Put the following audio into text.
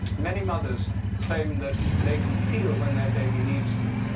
many mothers claim that they can feel when their baby needs them,